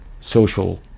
social